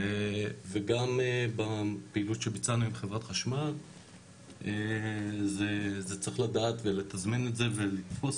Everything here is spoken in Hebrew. וגם בפעילות שביצענו עם חברת חשמל זה צריך לדעת ולתזמן את זה ולתפוס